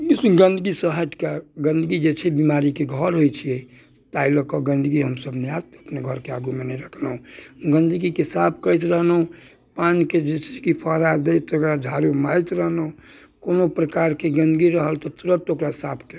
गन्दगीसँ हटिके गन्दगी जे छै बीमारीके घर होइत छै ताहि लऽ कऽ गन्दगी हमसब नहि आयल अपना घरके आगूमे नहि रखलहुँ गंदगीके साफ करैत रहलहुँ पानिके जे छै से फुहारा दैत तेकरा झाड़ू मारैत रहलहुँ कोनो प्रकारके गन्दगी रहल तऽ तुरत ओकरा साफ कयलहुँ